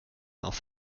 auf